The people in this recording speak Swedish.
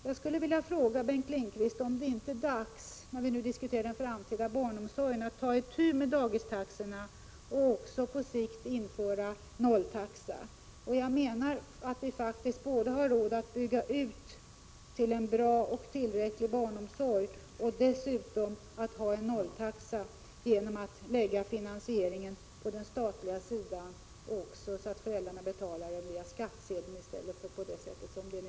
Jag vill fråga Bengt Lindqvist: Är det inte, när vi nu diskuterar den framtida barnomsorgen, dags att ta itu med dagistaxorna och på sikt införa 0-taxa? Vi har faktiskt råd med att både bygga ut till en bra och tillräcklig barnomsorg och dessutom införa 0-taxa. Finansieringen kan läggas på den statliga sidan. Föräldrarna betalar via skattsedeln.